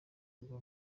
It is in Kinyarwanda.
rwa